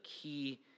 key